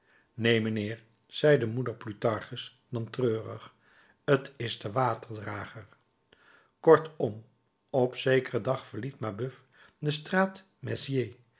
neen mijnheer zeide moeder plutarchus dan treurig t is de waterdrager kortom op zekeren dag verliet mabeuf de straat